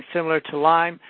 similar to lyme,